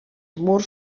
murs